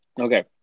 Okay